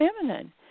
feminine